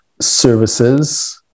services